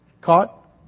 caught